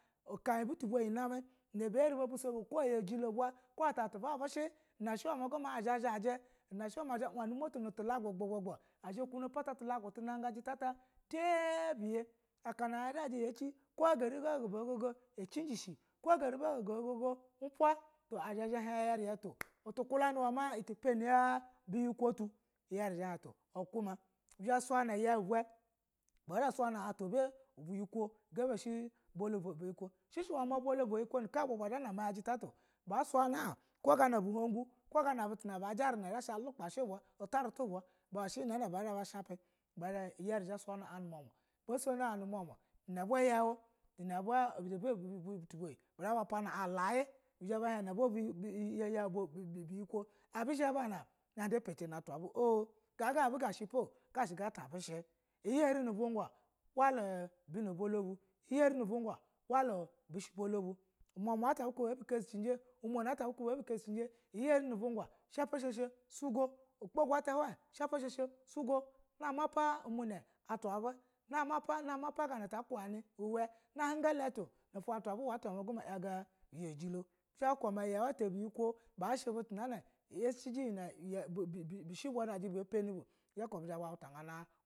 Ukai butu bayi na m nai yare ba biso no ina ba eri ba bisono okwo a yaji lo uba utu ba bishi na a eri ana azha a zhajaji she ma zha a wuni umotu na tu lagu gbo gbo a zha a kuna tulagu ta ata tu naga jita ata tabiye ko ganga ba ogogo a cijishe ko gari ga ba ogogo upa to ati kulani ya ma ati pani ya buyikulo tu iyeri zha ya han a aku ma bizha bu sona ya yau uba ba zha ba suyana atul bi bolo biyiko ishe ina bolo bayi ko zha ba na ma hun jita at o she ma bola ata zha banamajita at ba syani gana ubu hagu bu tu na ba ji an zheya sha gano utanitu uba na bi zha bushape iyari zha yasu na a nu umuloma nu uuema tuna bew yau tuna butu bye be zha ba pana a a layi yau uba ubuyi ko ta bi zha ba na ida paci or gaga abu ga shi opo ka she ga ata abushe iye hari nu buga luda bani bolo bi iyi hari nu buga walu bishe bolo bu ummar at abi ku be a bi ko-zhiji iyi hari nu buga shapa she she sugo ugbogu ata hin hsapa she she sugo na mapa umunaya atwa ve nappa na mappa ihen na hunga iletuna ata ve ma yaga a yijilo bizha ba ku ma ya she yau ata ubuyi ko she butu na lashiji iyena bi she ba ba pani bu bizha baku ma bizhaba untua gana.